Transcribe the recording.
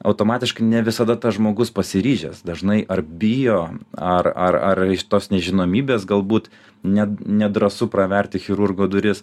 automatiškai ne visada tas žmogus pasiryžęs dažnai ar bijo ar ar ar iš tos nežinomybės galbūt ne nedrąsu praverti chirurgo duris